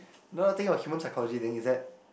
you know the thing of human psychology thing is that